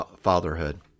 fatherhood